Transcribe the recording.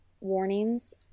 warnings